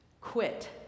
quit